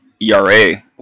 ERA